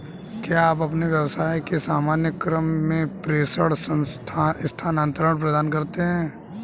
क्या आप अपने व्यवसाय के सामान्य क्रम में प्रेषण स्थानान्तरण प्रदान करते हैं?